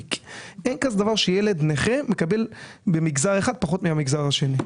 אין כזה דבר שילד נכה מקבל במגזר אחד פחות מאשר מקבל במגזר השני.